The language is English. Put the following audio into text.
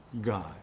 God